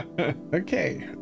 Okay